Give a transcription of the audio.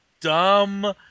dumb